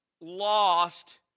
lost